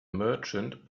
merchant